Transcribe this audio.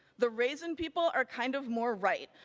the raisin people are kind of more right.